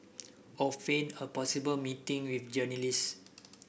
or feign a possible meeting with journalist